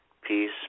Peace